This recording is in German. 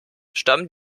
stammen